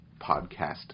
podcast